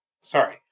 sorry